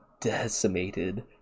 decimated